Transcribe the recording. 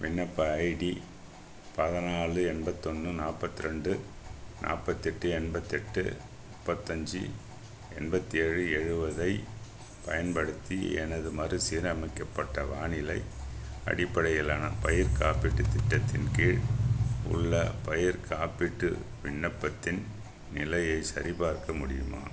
விண்ணப்ப ஐடி பதினாலு எண்பத்து ஒன்று நாற்பத்தி ரெண்டு நாற்பத்தி எட்டு எண்பத்து எட்டு முப்பத்தஞ்சி எண்பத்தி ஏழு எழுவதைப் பயன்படுத்தி எனது மறுசீரமைக்கப்பட்ட வானிலை அடிப்படையிலான பயிர்க்காப்பீட்டுத் திட்டத்தின் கீழ் உள்ள பயிர் காப்பீட்டு விண்ணப்பத்தின் நிலையை சரிபார்க்க முடியுமா